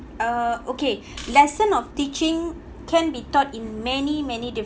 uh okay lesson of teaching can be taught in many many